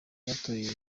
batoye